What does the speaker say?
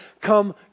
come